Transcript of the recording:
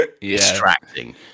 distracting